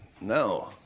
No